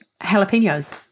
jalapenos